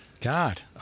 God